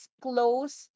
close